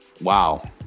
wow